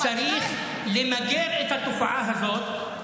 צריך למגר את התופעה הזאת.